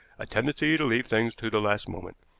a tendency to leave things to the last moment.